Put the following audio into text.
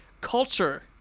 culture